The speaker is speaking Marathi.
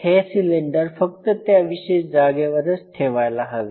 हे सिलेंडर फक्त त्या विशेष जागेवरच ठेवायला हवे